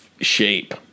shape